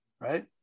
Right